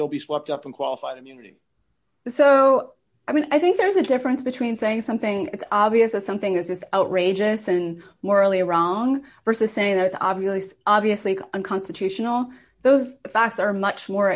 still be swept up and qualified immunity so i mean i think there's a difference between saying something it's obvious that something is just outrageous and morally around versus saying that it's obvious obviously unconstitutional those facts are much more